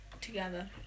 Together